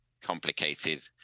complicated